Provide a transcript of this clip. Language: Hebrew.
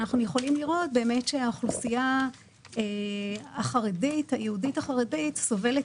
לראות שהאוכלוסייה היהודית החרדית סובלת